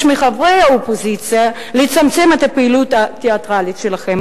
מחברי האופוזיציה לצמצם את הפעילות התיאטרלית שלכם,